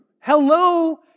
Hello